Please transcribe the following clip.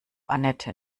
anette